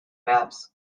maps